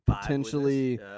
potentially